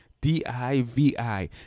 D-I-V-I